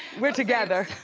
we're together.